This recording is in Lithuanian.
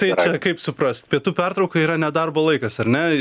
tai kaip suprast pietų pertrauka yra ne darbo laikas ar ne